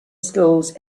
schools